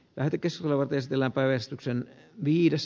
värikäs luoteis tilapäistuksen viides